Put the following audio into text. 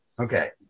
Okay